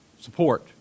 support